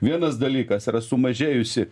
vienas dalykas yra sumažėjusi